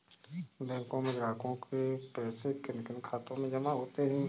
बैंकों में ग्राहकों के पैसे किन किन खातों में जमा होते हैं?